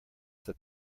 that